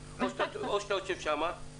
אחרי שראינו את התנאים או את ההגבלות שתהיינה